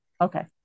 Okay